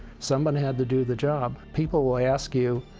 someone had to do the job. people will ask you,